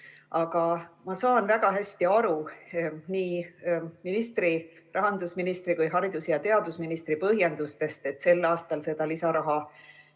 Aga ma saan väga hästi aru nii rahandusministri kui ka haridus‑ ja teadusministri põhjendustest, et sel aastal seda lisaraha,